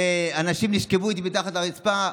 אנשים נשכבו איתי מתחת לרצפה,